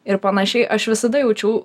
ir panašiai aš visada jaučiau